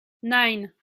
nine